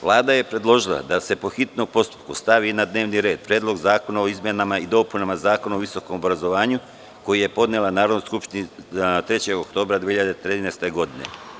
Vlada je predložila da se po hitnom postupku stavi na dnevni red Predlog zakona o izmenama i dopunama Zakona o visokom obrazovanju koji je podnela Narodnoj skupštini 3. oktobra 2013. godine.